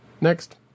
Next